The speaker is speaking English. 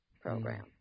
program